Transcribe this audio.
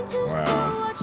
Wow